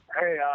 Hey